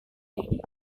ini